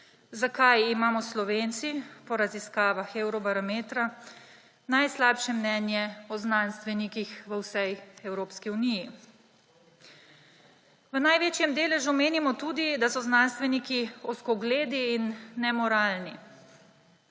zakaj imamo Slovenci po raziskavah Eurobarometra najslabše mnenje o znanstvenikih v vsej Evropski uniji. V največjem deležu menimo tudi, da so znanstveniki ozkogledi in nemoralni.